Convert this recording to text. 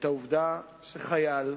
את העובדה שחייל,